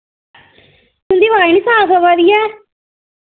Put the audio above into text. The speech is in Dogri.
तुं'दी अवाज निं साफ आवा दी ऐ